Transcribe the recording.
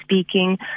speaking